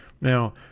Now